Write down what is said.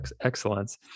excellence